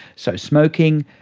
so smoking,